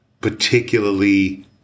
particularly